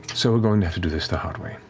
so we're going to have to do this the hard way.